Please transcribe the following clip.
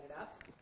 up